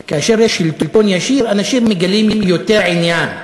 כאשר יש שלטון ישיר, אנשים מגלים יותר עניין.